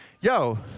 Yo